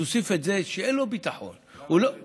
תוסיף את זה שאין לו ביטחון, הוא לא יכול,